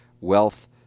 Wealth